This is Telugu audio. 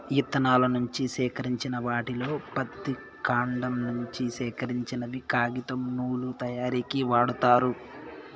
ఇత్తనాల నుంచి సేకరించిన వాటిలో పత్తి, కాండం నుంచి సేకరించినవి కాగితం, నూలు తయారీకు వాడతారు